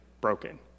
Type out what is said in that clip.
broken